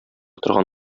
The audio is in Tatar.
торган